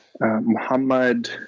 Muhammad